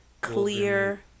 Clear